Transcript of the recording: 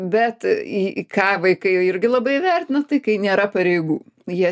bet į į ką vaikai irgi labai vertina tai kai nėra pareigų jie